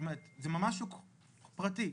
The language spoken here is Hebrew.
זה ממש פרטי,